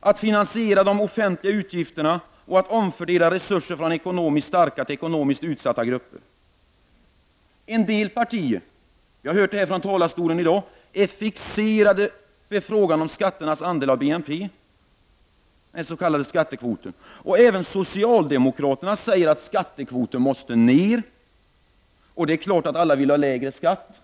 att finansiera de offentliga utgifterna och att omfördela resurser från ekonomiskt starka till ekonomiskt utsatta grupper. En del partier, vilket vi har hört från talarstolen i dag, är fixerade vid frågan om skatternas andel av BNP, den s.k. skattekvoten. Även socialdemokraterna säger att skattekvoten måste sänkas. Och det är klart att alla vill ha lägre skatt.